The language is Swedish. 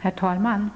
Herr talman!